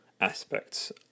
aspects